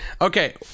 okay